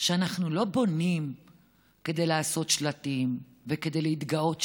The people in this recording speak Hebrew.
שאנחנו לא בונים כדי לעשות שלטים וכדי להתגאות שבנינו,